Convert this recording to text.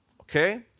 okay